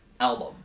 album